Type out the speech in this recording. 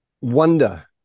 Wonder